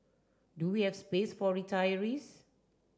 do we have space for retirees